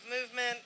movement